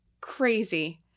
crazy-